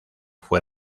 fue